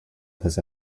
this